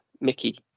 Mickey